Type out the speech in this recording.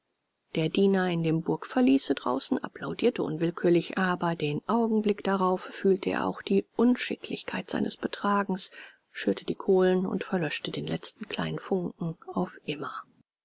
der diener in dem burgverließe draußen applaudierte unwillkürlich aber den augenblick darauf fühlte er auch die unschicklichkeit seines betragens schürte die kohlen und verlöschte den letzten kleinen funken auf immer